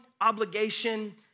obligation